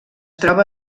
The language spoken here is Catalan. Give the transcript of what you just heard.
troba